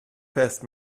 passed